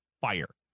fire